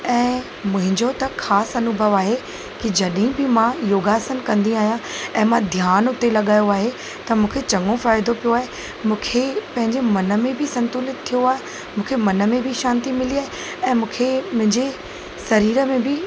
ऐं मुंहिंजो तो ख़ासि अनुभव आहे की जॾहिं बि मां योगासन कंदी आहियां ऐं मां ध्यानु हुते लॻायो आहे त मूंखे चङो फ़ाइदो पयो आहे मूंखे पंहिंजे मन में बि संतुलित थियो आहे मूंखे मन में बि शांती मिली आहे ऐं मूंखे मुंहिंजे शरीर में बि